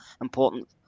important